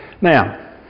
Now